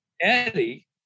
Eddie